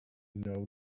know